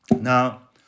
Now